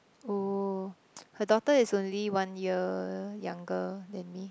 oh her daughter is only one year younger than me